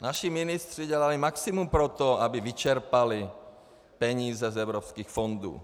Naši ministři dělají maximum pro to, aby vyčerpali peníze z evropských fondů.